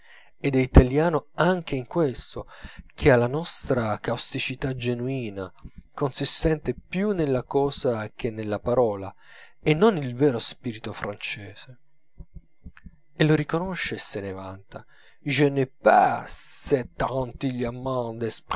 ed è italiano anche in questo che ha la nostra causticità genuina consistente più nella cosa che nella parola e non il vero spirito francese e lo riconosce e se ne vanta je n'ai pas